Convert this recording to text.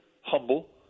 humble